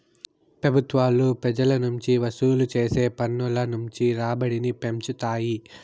పెబుత్వాలు పెజల నుంచి వసూలు చేసే పన్నుల నుంచి రాబడిని పెంచుతాయి